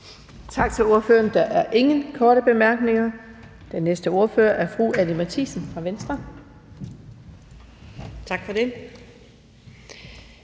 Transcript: Tak til ordføreren. Der er ingen korte bemærkninger. Den næste ordfører i rækken er fru Christina Olumeko